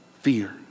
fear